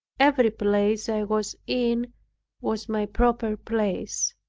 every place i was in was my proper place.